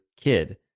kid